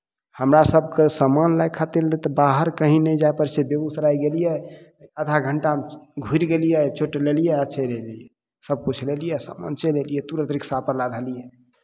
हमरा सभके सामान लै खातिर तऽ बाहर कहीँ नहि जाय पड़ै छै बेगूसराय गेलियै आधा घण्टामे घुरि गेलियै चोटे लेलियै आ चलि एलियै सभकिछु लेलियै सामान आ चलि एलियै तुरन्त रिक्शापर लादलियै